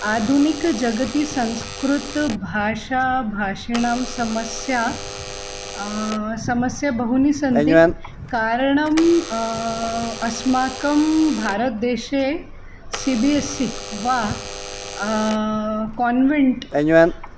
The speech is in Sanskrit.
आधुनिके जगति संस्कृतभाषाभाषिणां समस्या समस्या बहूनि सन्ति कारणम् अस्माकं भारतदेशे सि बि एस् सी वा कान्वेण्ट्